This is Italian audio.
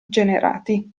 generati